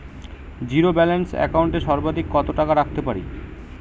Zero balance account এ সর্বাধিক কত টাকা রাখতে পারি?